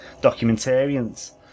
documentarians